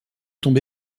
tombé